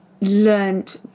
learned